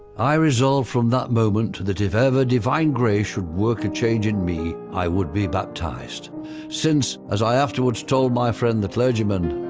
i resolved from that moment that if ever divine grace should work a change in me, i would be baptized since as i afterwards told my friend the clergyman,